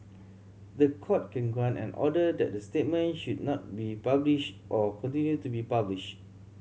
the Court can grant an order that the statement should not be published or continue to be published